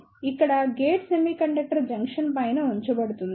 కాబట్టి ఇక్కడ gate semiconductor junction పైన ఉంచబడుతుంది